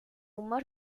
humor